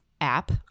app